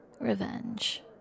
Revenge